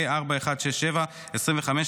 פ/4167/25,